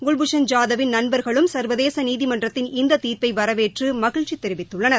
குவ்பூஷன் ஜாதவின் நண்பர்களும் சா்வதேச நீதிமன்றத்தின் இந்த தீர்ப்பை வரவேற்று மகிழ்ச்சி தெரிவித்துள்ளனர்